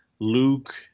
Luke